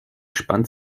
spannt